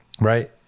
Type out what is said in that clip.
Right